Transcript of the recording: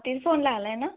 तिथं फोन लावला आहे ना